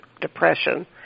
Depression